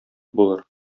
булыр